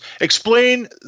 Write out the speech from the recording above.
explain